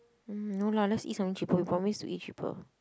mm no lah let's eat something cheaper we promise to eat cheaper